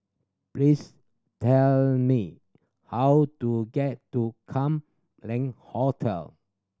please tell me how to get to Kam Leng Hotel